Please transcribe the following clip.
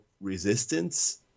resistance